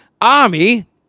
Army